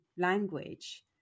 language